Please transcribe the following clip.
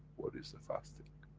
what is the fasting?